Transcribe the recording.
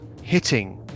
hitting